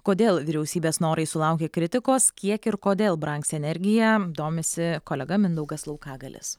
kodėl vyriausybės norai sulaukė kritikos kiek ir kodėl brangs energija domisi kolega mindaugas laukagalis